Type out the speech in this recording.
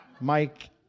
Mike